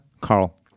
Carl